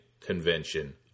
convention